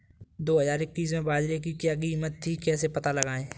दो हज़ार इक्कीस में बाजरे की क्या कीमत थी कैसे पता लगाएँ?